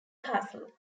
castle